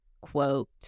quote